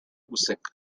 guseka